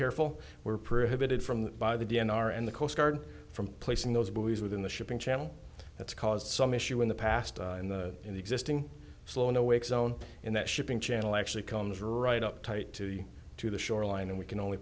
careful were prevented from that by the d n r and the coast guard from placing those buoys within the shipping channel that's caused some issue in the past in the in the existing slow no wake zone in that shipping channel actually comes right up tight to the to the shoreline and we can only